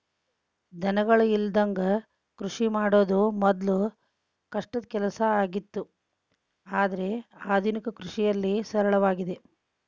ದನಗಳ ಇಲ್ಲದಂಗ ಕೃಷಿ ಮಾಡುದ ಮೊದ್ಲು ಕಷ್ಟದ ಕೆಲಸ ಆಗಿತ್ತು ಆದ್ರೆ ಆದುನಿಕ ಕೃಷಿಯಲ್ಲಿ ಸರಳವಾಗಿದೆ